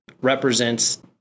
represents